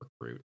recruit